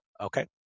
Okay